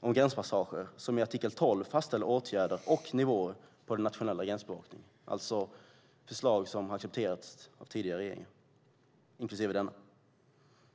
om gränspassager som i sin artikel 12 fastställer åtgärder och nivå på den nationella gränsbevakningen. Detta är alltså förslag som har accepterats av tidigare regeringar och denna regering.